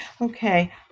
Okay